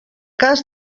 cas